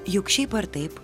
juk šiaip ar taip